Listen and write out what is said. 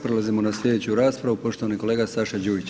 Prelazimo na slijedeću raspravu poštovani kolega Saša Đujić.